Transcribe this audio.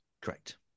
Correct